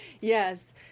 Yes